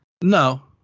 No